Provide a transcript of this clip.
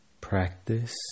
Practice